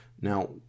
Now